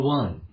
one